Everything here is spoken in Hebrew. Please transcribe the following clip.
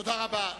תודה רבה.